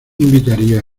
invitaría